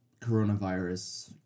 coronavirus